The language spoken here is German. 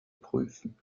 prüfen